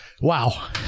Wow